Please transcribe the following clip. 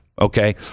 Okay